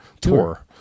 Tour